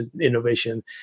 innovation